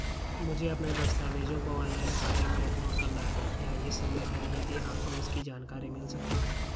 मुझे अपने दस्तावेज़ों को ऑनलाइन खाते में अपलोड करना है क्या ये संभव है यदि हाँ तो इसकी जानकारी मिल सकती है?